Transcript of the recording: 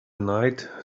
night